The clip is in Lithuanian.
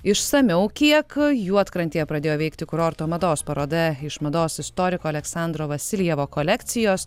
išsamiau kiek juodkrantėje pradėjo veikti kurorto mados paroda iš mados istoriko aleksandro vasiljevo kolekcijos